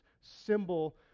symbol